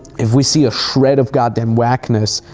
if we see a shred of goddamn wackness,